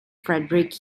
frederick